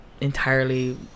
entirely